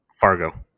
Fargo